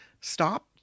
stop